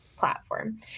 platform